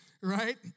right